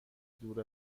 دور